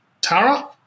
Tara